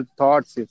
thoughts